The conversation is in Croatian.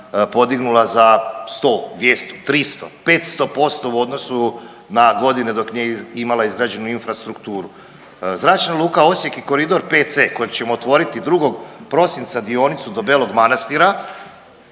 podignula za 100, 200, 300, 500% u odnosu na godine dok nije imala izgrađenu infrastrukturu. Zračna luka Osijek je koridor 5C kojeg ćemo otvoriti 2. prosinca dionicu do Belog Manastira